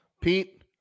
Pete